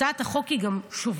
הצעת החוק היא גם שוביניסטית,